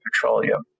Petroleum